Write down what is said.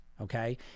Okay